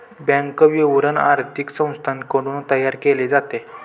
bank विवरण आर्थिक संस्थांकडून तयार केले जाते